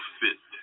fit